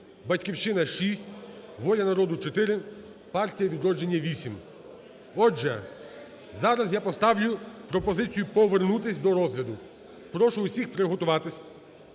"Батьківщина" – 6, "Воля народу" – 4, "Партія Відродження" – 8. Отже, зараз я поставлю пропозицію повернутись до розгляду. Прошу усіх приготуватись.